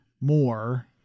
more